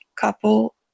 couple